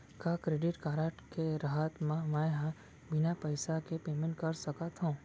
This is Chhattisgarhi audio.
का क्रेडिट कारड के रहत म, मैं ह बिना पइसा के पेमेंट कर सकत हो?